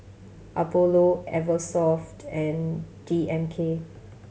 Apollo Eversoft and D M K